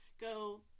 go